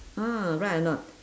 ah right or not